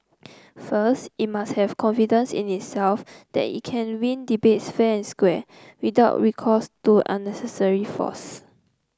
first it must have confidence in itself that it can win debates fair square without recourse to unnecessary force